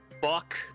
fuck